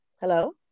Hello